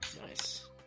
nice